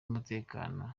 w’umutekano